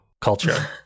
culture